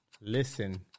Listen